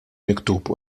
miktub